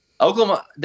Oklahoma